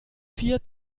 vier